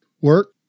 work